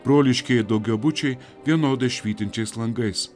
broliški daugiabučiai vienodai švytinčiais langais